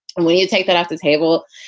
and when you take that off the table.